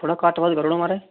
थोह्ड़ा घट्ट बद्ध करो ना महाराज